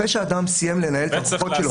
אחרי שאדם סיים לנהל את ההוכחות שלו --- וצרך